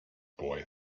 boy